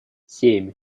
семь